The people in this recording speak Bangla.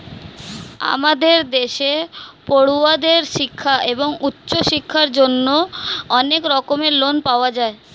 আমাদের দেশে পড়ুয়াদের শিক্ষা এবং উচ্চশিক্ষার জন্য অনেক রকমের লোন পাওয়া যায়